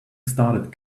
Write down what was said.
started